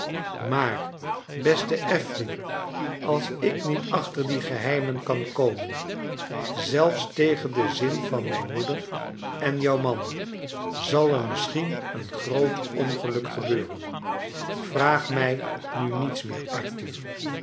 maar beste affery als ik niet achter die geheimen kan komen zelfs tegen den zin van mijn moeder en jou man zal er misschien een groot ongeluk gebeuren vraag mij nu niets meer arthur